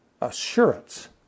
assurance